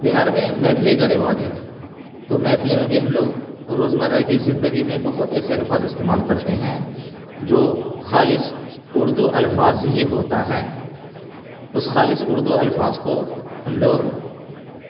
بہار میں میتھلی کا رواج ہے تو میتھلی میں بھی ہم لوگ روزمرہ کی زندگی میں بہت ایسے الفاظ استعمال کرتے ہیں جو خالص اردو الفاظ ہی ہوتا ہے اس خالص اردو الفاظ کو ہم لوگ